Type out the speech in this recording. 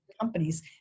companies